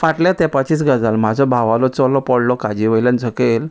फाटल्या तेपाचीच गजाल म्हाजो भावलो चलो पडलो काजी वयल्यान सकयल